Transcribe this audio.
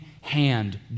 hand